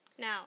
Now